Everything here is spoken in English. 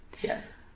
Yes